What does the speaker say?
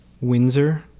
Windsor